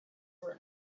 were